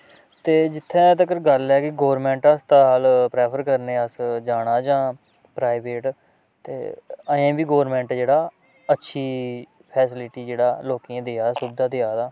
ते जित्थै तक्कर गल्ल ऐ कि गोरमैंट हस्पताल प्रैफर करने अस जाना जां प्राइवेट ते अजें बी गोरमैंट जेह्ड़ा अच्छी फैसिलिटी जेह्ड़ा लोकें गी देआ दा सुविधा देआ दा